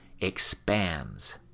expands